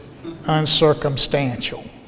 Uncircumstantial